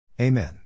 Amen